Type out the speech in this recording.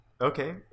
Okay